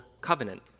covenant